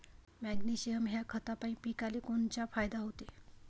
Magnesium ह्या खतापायी पिकाले कोनचा फायदा होते?